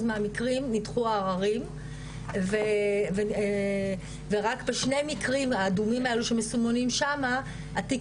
מהמקרים נדחו העררים ורק בשני מקרים האדומים שמסומנים התיק